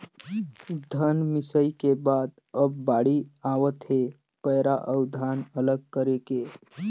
धन मिंसई के बाद अब बाड़ी आवत हे पैरा अउ धान अलग करे के